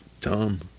Tom